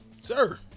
Sir